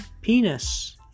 penis